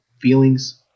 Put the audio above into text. feelings